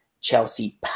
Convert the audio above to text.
Chelsea